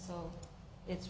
so it's